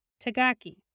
tagaki